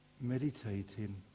meditating